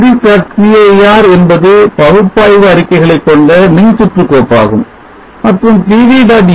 cir என்பது பகுப்பாய்வு அறிக்கைகளை கொண்ட மின்சுற்று கோப்பாகும் மற்றும் pv